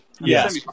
Yes